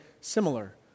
similar